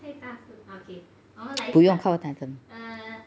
不要太靠近